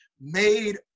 made